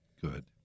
good